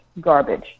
garbage